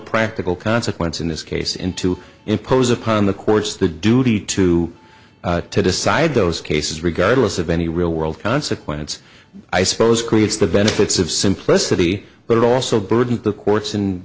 practical consequence in this case in to impose upon the courts the duty to to decide those cases regardless of any real world consequence i suppose creates the benefits of simplicity but it also burdens the courts and